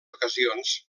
ocasions